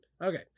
Okay